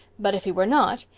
but if he were not,